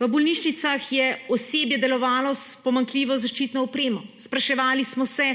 V bolnišnicah je osebje delovalo s pomanjkljivo zaščitno opremo, spraševali smo se,